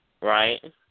Right